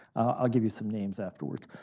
i'll give you some names afterwards.